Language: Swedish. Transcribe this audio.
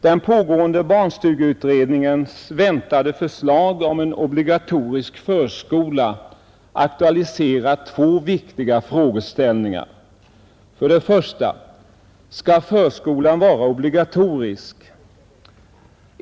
Den pågående barnstugeutredningens väntade förslag om en obligatorisk förskola aktualiserar två viktiga frågeställningar. För det första: Skall förskolan vara obligatorisk?